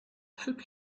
help